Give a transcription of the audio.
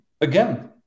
again